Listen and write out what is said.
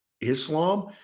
Islam